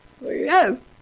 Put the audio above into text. Yes